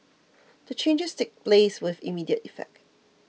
the changes take place with immediate effect